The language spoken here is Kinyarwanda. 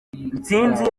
nsinzi